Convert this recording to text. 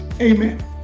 amen